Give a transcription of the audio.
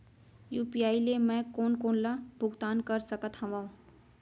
UPI ले मैं कोन कोन ला भुगतान कर सकत हओं?